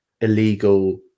illegal